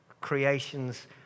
creation's